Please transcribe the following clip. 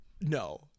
No